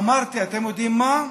אמרתי: אתם יודעים מה,